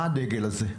מה הדגל הזה?